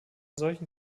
solchen